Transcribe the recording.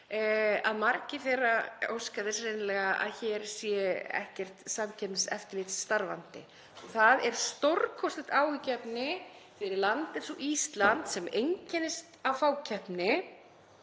að margir þeirra óska þess hreinlega að hér sé ekkert samkeppniseftirlit starfandi. Það er stórkostlegt áhyggjuefni fyrir land eins og Ísland sem einkennist af fákeppni,